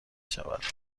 شود